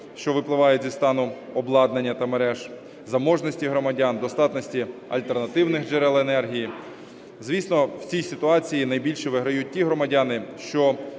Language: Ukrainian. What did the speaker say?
що випливають із стану обладнання та мереж, заможності громадян, достатності альтернативних джерел енергії. Звісно, в цій ситуації найбільше виграють ті громадяни, що